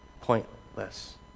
pointless